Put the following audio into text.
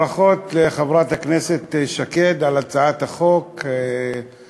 ברכות לחברת הכנסת שקד על הצעת החוק היפה,